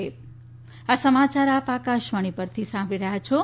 corona appeal આ સમાચાર આપ આકાશવાણી પરથી સાંભળી રહ્યા છો